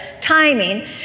timing